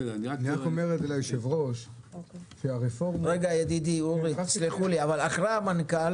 צריך לשאול את שר התקשורת כמה תלונות היו על חברות הסלולר אחרי